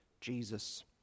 Jesus